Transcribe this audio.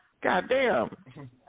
Goddamn